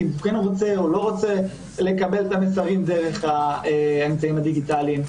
אם הוא כן רוצה או לא רוצה לקבל את המסרים דרך האמצעים הדיגיטליים.